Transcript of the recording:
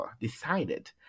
decided